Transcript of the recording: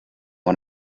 one